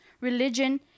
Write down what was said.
religion